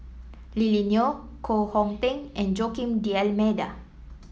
Lily Neo Koh Hong Teng and Joaquim D'Almeida